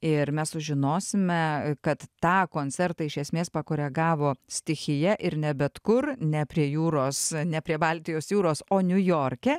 ir mes sužinosime kad tą koncertą iš esmės pakoregavo stichija ir ne bet kur ne prie jūros ne prie baltijos jūros o niujorke